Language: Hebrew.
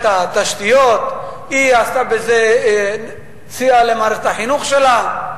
את התשתיות, היא סייעה למערכת החינוך שלה.